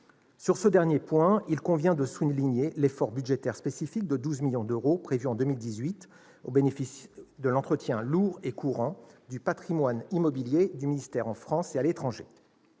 Sur ce dernier point, il convient de souligner l'effort budgétaire spécifique de 12 millions d'euros prévu en 2018 au bénéfice de l'entretien lourd et courant du patrimoine immobilier du ministère en France et à l'étranger.